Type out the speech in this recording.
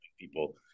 people